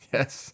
Yes